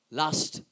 last